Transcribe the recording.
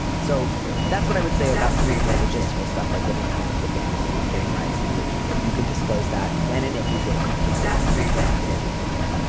so that's what i would say about some of the more logistical stuff like living at home with your family or getting rights from other people you can disclose that when and if you feel comfortable and you do not have to lead with it.